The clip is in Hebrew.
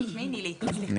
שמי נילי.